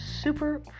Super